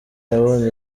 yabonye